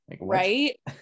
Right